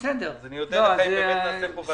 אודה לך אם באמת תהיה כאן ועדת משנה.